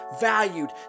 valued